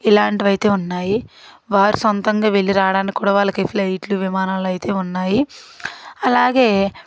ఇలాంటివి అయితే ఉన్నాయి వారు సొంతంగా వెళ్ళి రావడానికి కూడా వాళ్ళకి ఫ్లైట్లు విమానాలు అయితే ఉన్నాయి అలాగే